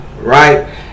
right